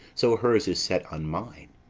so hers is set on mine,